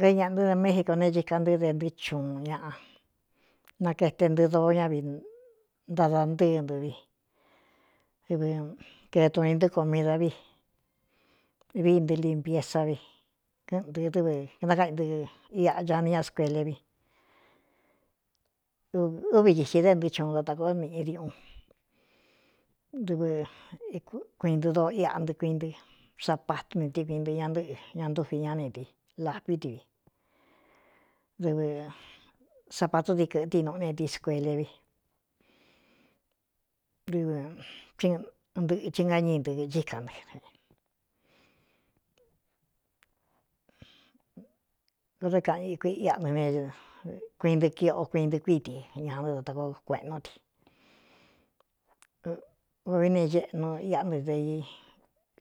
Gaí ñaꞌa ntɨ́ de mexico ne chíká ntɨ́ de ntɨɨ́ chuꞌun ñaꞌa na kaete ntɨɨ doo ña vi ntada ntɨɨ ntɨvi dɨvɨ ketun ni ntɨɨko mida vi viintɨ limpiesa vi kɨꞌɨndɨ dɨvɨ knkáꞌitɨ i ca nia scuele vi úvi titi dé ntɨɨ chuun ndátako miꞌi diuꞌun dɨvɨ kuiꞌin ntɨ doo iꞌntɨɨ kuintɨ sapatú ni ti kuin ntɨ ña ntɨ́ꞌɨ ña ntúvi ñá ni di lavi di vi dɨvɨ sapā tú di kɨ̄ꞌɨtɨ nuꞌu neti skuele vi dɨvɨ tíɨ ntɨꞌɨchi ngáñii nɨꞌ chíka ntɨ ko dá kaꞌn ikui iꞌnɨ ne kuiꞌindɨ kiꞌꞌo kuiꞌndɨɨ kuíiti ña nɨ datakoo kueꞌnó di vií ne iéꞌnu iꞌanɨ de i